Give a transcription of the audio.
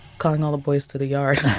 calling all the boys to the yard,